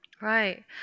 Right